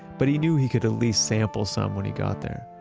but he knew he could at least sample some when he got there.